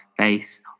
Face